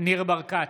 ניר ברקת,